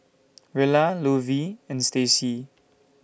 Rella Lovie and Stacy